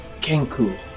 Kenku